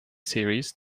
series